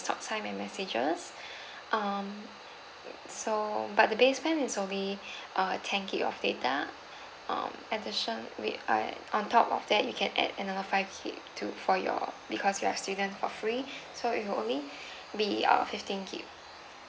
talk time and messages um so but the base plan is will be uh ten gig of data um addition with uh on top of that you can add another five K to for your because you're student for free so you will only be uh fifteen gig